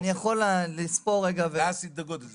אני יכול לספור --- מה סדר הגודל?